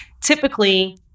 typically